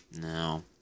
No